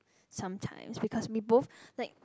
sometimes because we both like